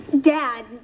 Dad